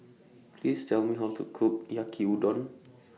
Please Tell Me How to Cook Yaki Udon